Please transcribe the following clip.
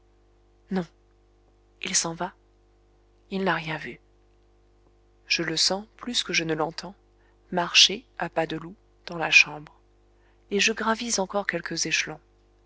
non il s'en va il n'a rien vu je le sens plus que je ne l'entends marcher à pas de loup dans la chambre et je gravis encore quelques échelons